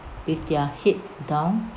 with their head down